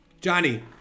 Johnny